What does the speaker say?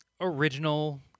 original